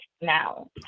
now